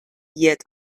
yet